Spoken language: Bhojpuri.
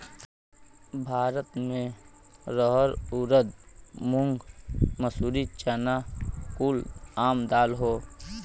भारत मे रहर ऊरद मूंग मसूरी चना कुल आम दाल हौ